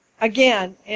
again